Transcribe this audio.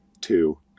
two